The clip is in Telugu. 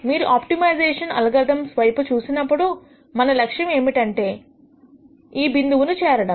మీరు ఆప్టిమైజేషన్ అల్గోరిథమ్స్ వైపు చూసినప్పుడు మన లక్ష్యం ఏమిటంటే ఈ బిందువు ను చేరడం